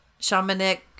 shamanic